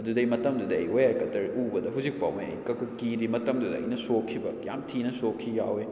ꯑꯗꯨꯗꯩ ꯃꯇꯝꯗꯨꯗꯩ ꯑꯩ ꯋꯦꯌꯔ ꯀꯠꯇꯔ ꯎꯕꯗ ꯍꯧꯖꯤꯛ ꯐꯥꯎꯃꯩ ꯑꯩ ꯀꯤꯔꯤ ꯃꯇꯝꯗꯨꯗ ꯑꯩꯅ ꯁꯣꯛꯈꯤꯕ ꯌꯥꯝ ꯊꯤꯅ ꯁꯣꯛꯈꯤ ꯌꯥꯎꯏ